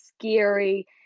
scary